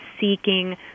seeking